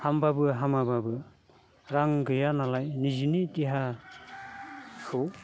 हामब्लाबो हामाब्लाबो रां गैयानालाय निजेनि देहाखौ